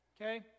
Okay